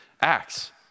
Acts